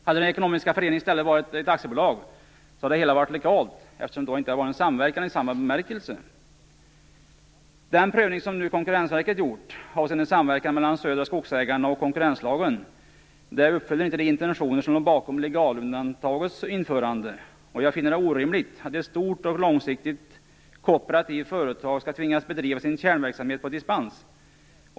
Hade den ekonomiska föreningen i stället varit ett aktiebolag hade det hela varit legalt, eftersom det då inte varit en samverkan i samma bemärkelse. Den prövning som nu Konkurrensverket gjort av samverkan i Södra Skogsägarna i förhållande i konkurrenslagen uppfyller inte de intentioner som låg bakom legalundantagets införande. Jag finner det orimligt att ett stort och långsiktigt kooperativt företag skall tvingas bedriva sin kärnverksamhet på dispens.